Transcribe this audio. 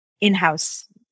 in-house